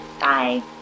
Bye